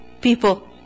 people